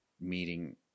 meeting